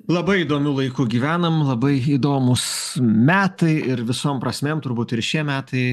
labai įdomiu laiku gyvenam labai įdomūs metai ir visom prasmėm turbūt ir šie metai